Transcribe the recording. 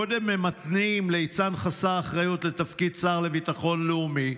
קודם ממנים ליצן חסר אחריות לתפקיד שר לביטחון לאומי,